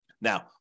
Now